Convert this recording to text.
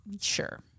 Sure